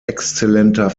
exzellenter